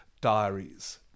diaries